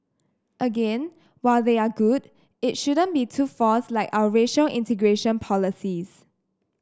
again while they are good it shouldn't be too forced like our racial integration policies